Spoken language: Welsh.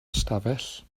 ystafell